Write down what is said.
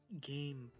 Game